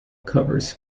covers